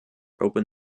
open